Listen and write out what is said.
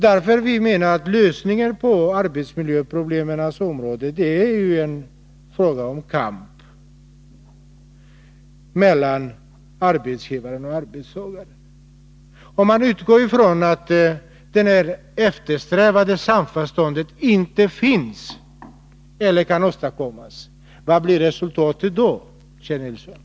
Därför menar vi att problemen på arbetsmiljöområdet är, om de skall kunna lösas, en fråga om kamp mellan arbetsgivaren och arbetstagaren. Om man utgår ifrån att det eftersträvade samförståndet inte finns eller kan åstadkommas, vad blir resultatet då, Kjell Nilsson?